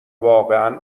واقعا